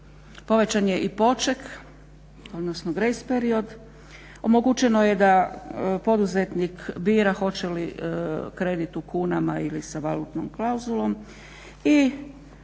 povećan je i poček odnosno grace period, omogućeno je da poduzetnik bira hoće li krenuti u kunama ili sa valutnom klauzulom